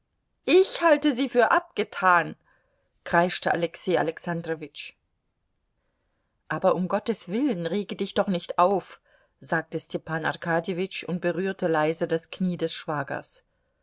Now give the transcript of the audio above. ich halte sie für abgetan kreischte alexei alexandrowitsch aber um gottes willen rege dich doch nicht auf sagte stepan arkadjewitsch und berührte leise das knie des schwagers